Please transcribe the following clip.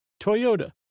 Toyota